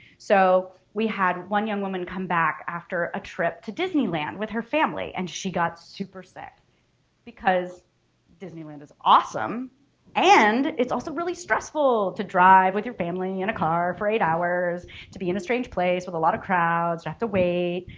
so we had one young woman come back after a trip to disneyland with her family and she got super sick because disneyland is awesome and it's also really stressful to drive with your family and in a car for eight hours to be in a strange place with a lot of crowds and have to wait.